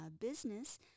business